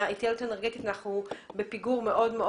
בהתייעלות האנרגטית אנחנו בפיגור מאוד מאוד